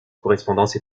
correspondance